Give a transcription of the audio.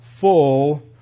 full